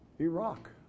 Iraq